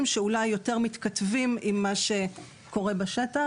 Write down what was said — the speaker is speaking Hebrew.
שאולי יותר מתכתבים עם מה שקורה בשטח.